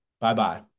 Bye-bye